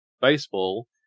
baseball